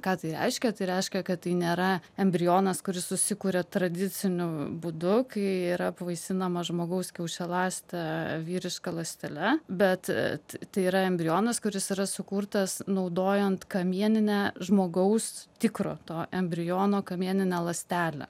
ką tai reiškia tai reiškia kad tai nėra embrionas kuris susikuria tradiciniu būdu kai yra apvaisinama žmogaus kiaušialąstė vyriška ląstele bet tai yra embrionas kuris yra sukurtas naudojant kamieninę žmogaus tikro to embriono kamieninę ląstelę